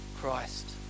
Christ